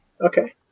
okay